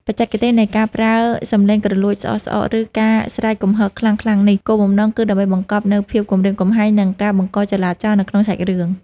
បច្ចេកទេសនៃការប្រើសំឡេងគ្រលួចស្អកៗ ឬការស្រែកគំហកខ្លាំងៗនេះ គោលបំណងគឺដើម្បីបង្កប់នូវភាពគំរាមកំហែង និងការបង្កចលាចលនៅក្នុងសាច់រឿង